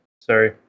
Sorry